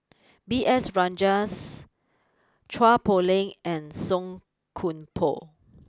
B S Rajhans Chua Poh Leng and Song Koon Poh